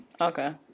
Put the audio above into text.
Okay